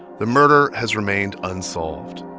the murder has remained unsolved.